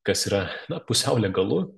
kas yra na pusiau legalu